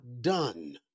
done